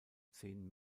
zehn